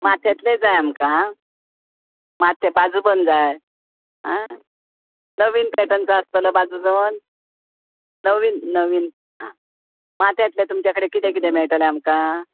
माथ्यांतले जाय आमकां माथे बाजूबन जाय नवीन पेटन जाय आसतलो बाजूबन नवीन नवीन आं माथ्यातले तुमचे कडेन कितें कितें मेळटले आमकां